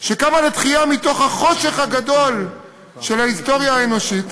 שקמה לתחייה מתוך החושך הגדול של ההיסטוריה האנושית,